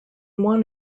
one